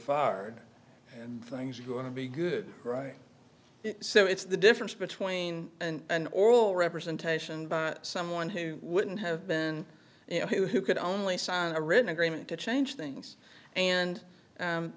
far and things are going to be good right so it's the difference between and oral representation by someone who wouldn't have been you know who could only sign a written agreement to change things and